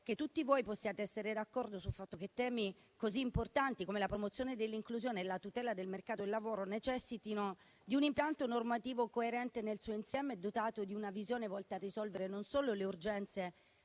che tutti voi possiate essere d'accordo sul fatto che temi così importanti, come la promozione dell'inclusione e la tutela del mercato del lavoro, necessitino di un impianto normativo coerente nel suo insieme, dotato di una visione volta a risolvere non solo le urgenze